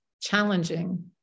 challenging